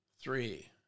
Three